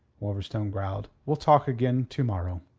wolverstone growled. we'll talk again to-morrow.